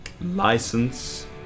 License